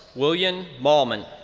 william malman.